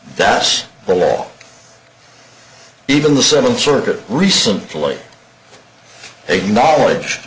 that's the law even the seventh circuit recently a knowledge